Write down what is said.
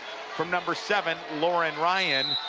from number seven, lauren ryan,